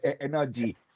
energy